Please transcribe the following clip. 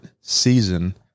season